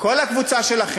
מי הכפיש?